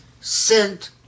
sent